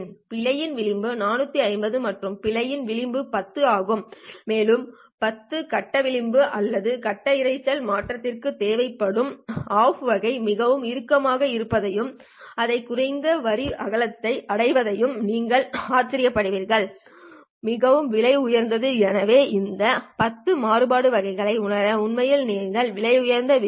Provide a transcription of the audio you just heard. பிழையின் விளிம்பு 450 மற்றும் பிழையின் விளிம்பு 10 ஆகும் மேலும் 10 கட்ட விளிம்பு அல்லது கட்ட இரைச்சல் மாறுபாட்டிற்கு தேவைப்படும் of வகை மிகவும் இறுக்கமாக இருப்பதையும் அத்தகைய குறைந்த வரி அகலங்களை அடைவதையும் நீங்கள் ஆச்சரியப்படுவீர்கள் மிகவும் விலை உயர்ந்தது எனவே இந்த 10 மாறுபாடு வகைகளை உணர உண்மையில் மிகவும் விலை உயர்ந்த விஷயம்